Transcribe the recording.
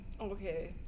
Okay